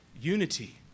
unity